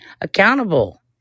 accountable